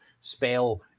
spell